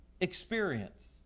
experience